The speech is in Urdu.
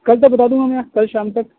کل تک بتا دوں گا میں کل شام تک